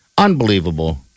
Unbelievable